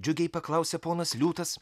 džiugiai paklausė ponas liūtas